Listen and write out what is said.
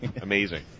amazing